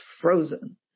frozen